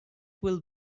will